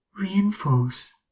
reinforce